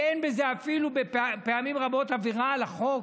שאין בזה פעמים רבות עבירה על החוק,